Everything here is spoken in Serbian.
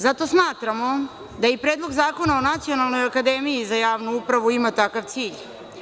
Zato smatramo da i Predlog zakona o Nacionalnoj akademiji za javnu upravu ima takav cilj.